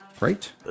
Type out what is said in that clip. right